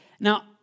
Now